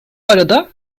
arada